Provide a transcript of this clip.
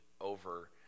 over